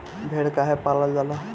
भेड़ काहे पालल जाला?